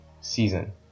season